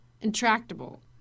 intractable